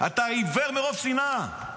אתה עיוור מרוב שנאה.